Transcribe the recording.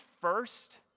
first